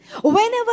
whenever